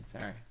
Sorry